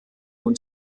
und